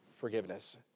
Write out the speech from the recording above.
forgiveness